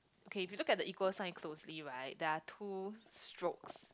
okay if you look at the equal sign closely right there are two strokes